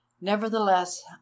nevertheless